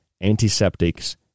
antiseptics